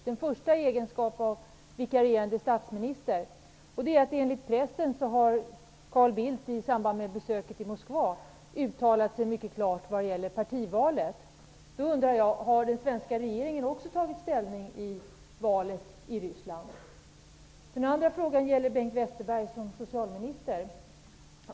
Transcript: Herr talman! Jag har två korta frågor till Bengt Westerberg. Jag ställer den första till honom i hans egenskap av vikarierande statsminister. Enligt pressen har Carl Bildt i samband med besöket i Moskva uttalat sig mycket klart vad gäller partivalet. Jag undrar om också den svenska regeringen har tagit ställning vad gäller valet i Den andra frågan gäller Bengt Westerberg som socialminister.